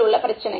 ல் உள்ள பிரச்னை